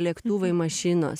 lėktuvai mašinos